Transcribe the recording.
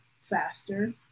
faster